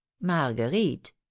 marguerite